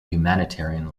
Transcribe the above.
humanitarian